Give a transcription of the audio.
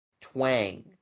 twang